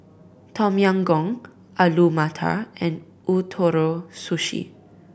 Tom Yam Goong Alu Matar and Ootoro Sushi